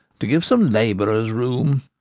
to give some labourers room.